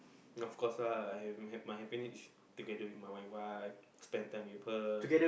of course ah I have my happiness is together with my wife spend time with her